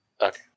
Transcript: Okay